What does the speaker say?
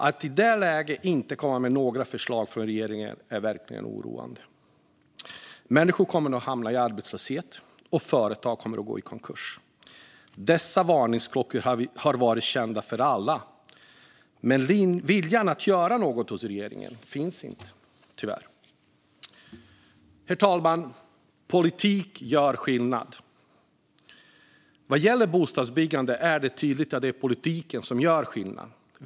Att regeringen i det läget inte kommer med några förslag är verkligen oroande. Människor kommer att hamna i arbetslöshet, och företag kommer att gå i konkurs. Dessa varningsklockor har varit kända för alla, men viljan att göra något finns tyvärr inte hos regeringen. Herr talman! Politik gör skillnad. Vad gäller bostadsbyggande är det tydligt att det är politiken som gör skillnad.